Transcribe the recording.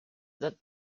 that